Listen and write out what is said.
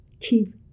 Keep